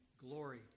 glory